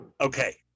Okay